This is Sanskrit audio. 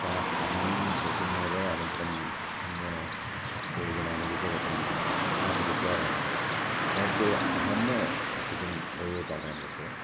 अतः अहं सचिन् महोदयः अनन्तरम् अन्यौ द्वौ जनाः मिलित्वा गतवन्तः आहत्य चत्वारः परन्तु अहं सचिन् द्वौ एव पाठयामः तत्र